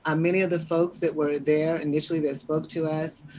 ah many of the folks that were there, initially that spoke to us,